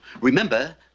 Remember